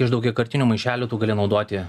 iš daugiakartinių maišelių tu gali naudoti